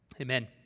Amen